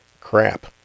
crap